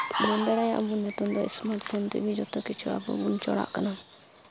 ᱵᱟᱢ ᱵᱟᱲᱟᱭᱟ ᱟᱢ ᱫᱚ ᱱᱤᱛᱚᱝ ᱫᱚ ᱥᱢᱟᱨᱴ ᱯᱷᱳᱱ ᱛᱮᱜᱮ ᱡᱚᱛᱚ ᱠᱤᱪᱷᱩ ᱟᱵᱚ ᱵᱚᱱ ᱪᱚᱲᱟᱜ ᱠᱟᱱᱟ